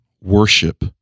worship